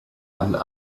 and